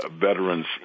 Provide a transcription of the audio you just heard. veterans